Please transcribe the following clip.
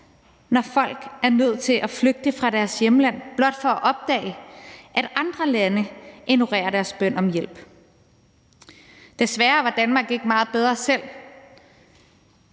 når folk er nødt til at flygte fra deres hjemland blot for at opdage, at andre lande ignorerer deres bøn om hjælp. Desværre var Danmark ikke meget bedre selv,